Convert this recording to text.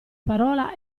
parola